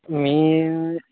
మీ